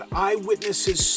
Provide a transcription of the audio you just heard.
eyewitnesses